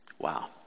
Wow